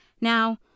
Now